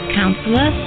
counselor